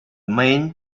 main